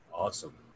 awesome